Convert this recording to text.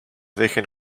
dejen